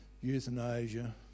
euthanasia